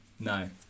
No